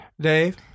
Dave